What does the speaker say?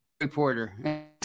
reporter